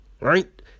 Right